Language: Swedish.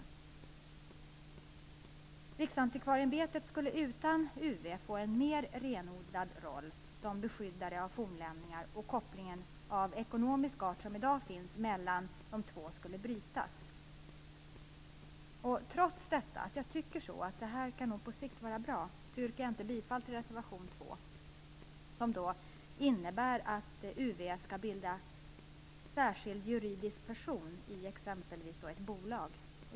Utan UV skulle Riksantikvarieämbetet få en mer renodlad roll som beskyddare av fornlämningar, och den koppling av ekonomisk art som i dag finns mellan de två skulle brytas. Trots att jag tycker att det här nog kan vara bra på sikt, yrkar jag inte bifall till reservation 2. Den innebär att UV skall bilda en särskild juridisk person i t.ex. ett bolag.